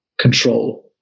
control